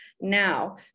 Now